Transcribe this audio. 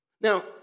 Now